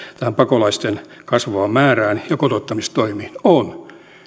tähän pakolaisten kasvavaan määrään ja kotouttamistoimiin on